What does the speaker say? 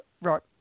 right